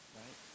right